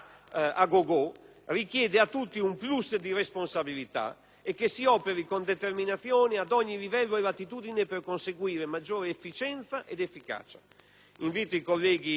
richiede a tutti un *plus* di responsabilità e che si operi con determinazione ad ogni livello e latitudine per conseguire maggiore efficienza ed efficacia.